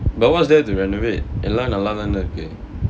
but what's there to renovate எல்லா நல்லா தான இருக்கு:ellaa nallaa thaana irukku